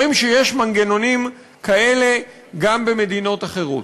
אומרים שיש מנגנונים כאלה גם במדינות אחרות.